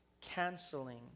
canceling